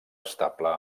estable